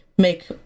Make